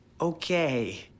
Okay